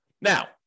Now